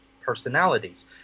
personalities